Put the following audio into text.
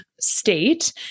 state